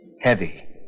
heavy